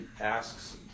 asks